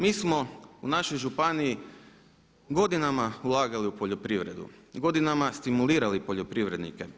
Mi smo u našoj županiji godinama ulagali u poljoprivredu, godinama stimulirali poljoprivrednike.